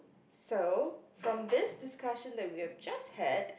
so from this discussion that we have just had